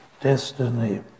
destiny